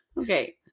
Okay